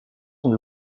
sont